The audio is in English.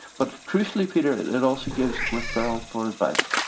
but crucially, peter, it it also gives referral for advice.